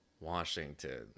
Washington